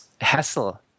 hassle